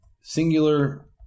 Singular